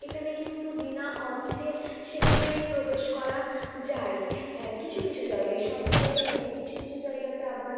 এখানে কিন্তু বিনা অর্থে সেখানে প্রবেশ করা যায় কিছু কিছু জায়গায় সব জায়গায় না কিছু কিছু জায়গাতে আবার